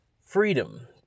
freedom